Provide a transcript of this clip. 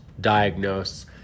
diagnose